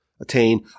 attain